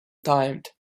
timed